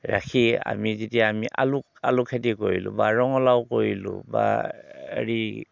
ৰাখি আমি যেতিয়া আমি আলু আলু খেতি কৰিলোঁ বা ৰঙালাও কৰিলোঁ বা হেৰি